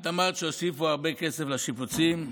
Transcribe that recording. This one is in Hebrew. את אמרת שהוסיפו הרבה כסף לשיפוצים.